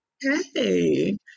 Hey